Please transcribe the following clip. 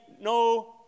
no